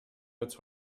als